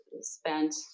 spent